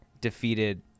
Defeated